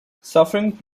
suffering